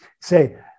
say